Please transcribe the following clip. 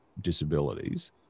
disabilities